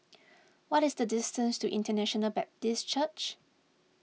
what is the distance to International Baptist Church